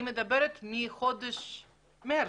זה מחודש מארס.